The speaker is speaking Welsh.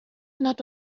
nad